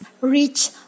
reach